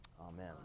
Amen